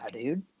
dude